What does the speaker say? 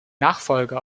nachfolger